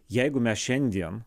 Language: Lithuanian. jeigu mes šiandien